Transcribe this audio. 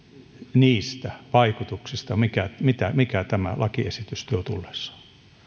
niistä vaikutuksista mitä tämä lakiesitys tuo tullessaan